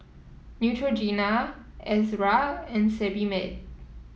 Neutrogena Ezerra and Sebamed